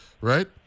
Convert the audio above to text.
right